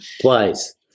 twice